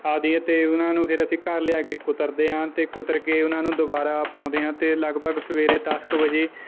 ਆਦਿ ਅਤੇ ਉਹਨਾਂ ਨੂੰ ਫਿਰ ਅਸੀਂ ਘਰ ਲਿਆ ਕੇ ਕੁਤਰਦੇ ਹਾਂ ਅਤੇ ਕੁਤਰ ਕੇ ਉਹਨਾਂ ਨੂੰ ਦੁਬਾਰਾ ਪਾਉਂਦੇ ਹਾਂ ਅਤੇ ਲਗਭਗ ਸਵੇਰੇ ਦੱਸ ਕੁ ਵਜੇ